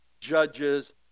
judges